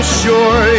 sure